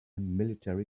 military